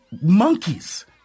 monkeys